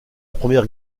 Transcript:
première